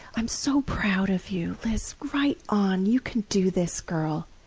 i'm so proud of you, liz. right on! you can do this, girl!